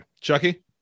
Chucky